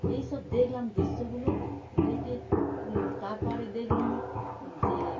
এইসব দেখলাম দৃশ্যগুলো দেখে তারপরে দেখলুম যে